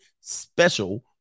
special